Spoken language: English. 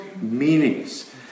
meanings